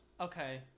Okay